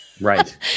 Right